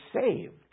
saved